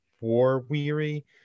war-weary